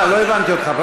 לא הבנתי אותך.